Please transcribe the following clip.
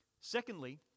Secondly